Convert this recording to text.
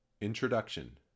Introduction